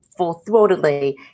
full-throatedly